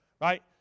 right